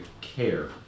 care